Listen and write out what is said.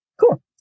Cool